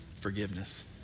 forgiveness